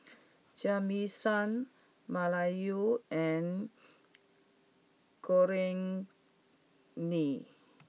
Jamison Malaya and